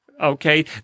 Okay